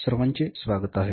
सर्वांचे स्वागत आहे